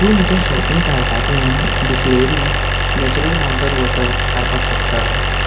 तूं म्हज्या शॉपिंग कार्टांतल्यान बिसलेरी नेच्यूरल माऊंटन वॉटर काडपाक शकता